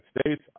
States